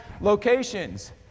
locations